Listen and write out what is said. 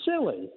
silly